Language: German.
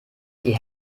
die